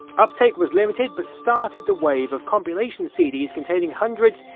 uptake was limited but started the wave of compilation cds containing hundreds,